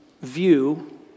view